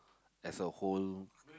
as a whole